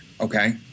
okay